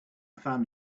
found